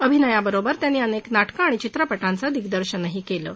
अभिनयाबरोबरच त्यांनी अनक्त नाटकं आणि चित्रपटांचं दिग्दर्शनही कलि